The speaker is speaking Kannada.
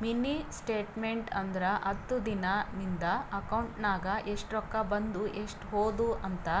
ಮಿನಿ ಸ್ಟೇಟ್ಮೆಂಟ್ ಅಂದುರ್ ಹತ್ತು ದಿನಾ ನಿಂದ ಅಕೌಂಟ್ ನಾಗ್ ಎಸ್ಟ್ ರೊಕ್ಕಾ ಬಂದು ಎಸ್ಟ್ ಹೋದು ಅಂತ್